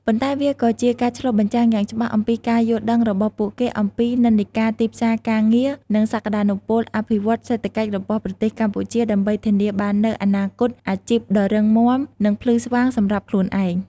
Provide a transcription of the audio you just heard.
ប៉ុន្តែវាក៏ជាការឆ្លុះបញ្ចាំងយ៉ាងច្បាស់អំពីការយល់ដឹងរបស់ពួកគេអំពីនិន្នាការទីផ្សារការងារ និងសក្តានុពលអភិវឌ្ឍន៍សេដ្ឋកិច្ចរបស់ប្រទេសកម្ពុជា ដើម្បីធានាបាននូវអនាគតអាជីពដ៏រឹងមាំ និងភ្លឺស្វាងសម្រាប់ខ្លួនឯង។